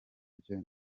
byo